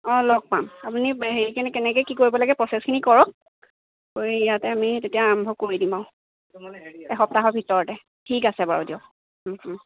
অঁ লগ পাম আপুনি হেৰি কিনে কেনেকৈ কি কৰিব লাগে প্ৰচেছখিনি কৰক এই ইয়াতে আমি তেতিয়া আৰম্ভ কৰি দিম আৰু এসপ্তাহৰ ভিতৰতে ঠিক আছে বাৰু দিয়ক